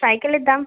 সাইকেলের দাম